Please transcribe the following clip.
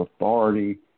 authority